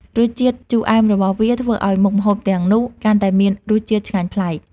រសជាតិជូរអែមរបស់វាធ្វើឲ្យមុខម្ហូបទាំងនោះកាន់តែមានរសជាតិឆ្ងាញ់ប្លែក។